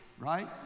Right